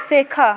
শেখা